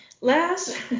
Last